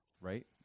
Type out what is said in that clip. right